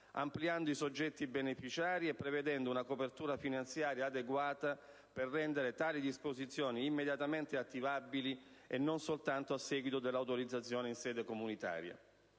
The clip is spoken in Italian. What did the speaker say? gli investimenti nel Mezzogiorno, prevedendo una copertura finanziaria adeguata per rendere tali disposizioni immediatamente attivabili e non soltanto a seguito dell'autorizzazione in sede comunitaria.